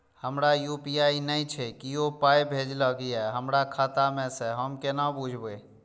हमरा यू.पी.आई नय छै कियो पाय भेजलक यै हमरा खाता मे से हम केना बुझबै?